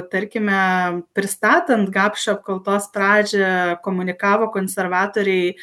tarkime pristatant gapšio apkaltos pradžią komunikavo konservatoriai